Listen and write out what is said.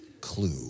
clue